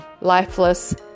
lifeless